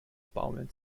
baumeln